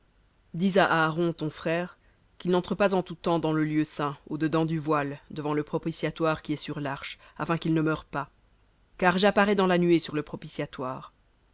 dis à aaron ton frère qu'il n'entre pas en tout temps dans le lieu saint au dedans du voile devant le propitiatoire qui est sur l'arche afin qu'il ne meure pas car j'apparais dans la nuée sur le